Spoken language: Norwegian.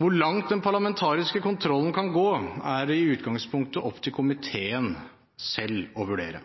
Hvor langt den parlamentariske kontrollen kan gå, er i utgangspunktet opp til komiteen selv å vurdere.